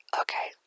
okay